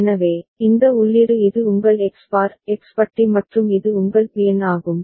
எனவே இந்த உள்ளீடு இது உங்கள் எக்ஸ் பார் எக்ஸ் பட்டி மற்றும் இது உங்கள் பிஎன் ஆகும்